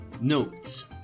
Notes